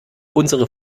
unsere